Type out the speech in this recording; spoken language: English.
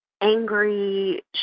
angry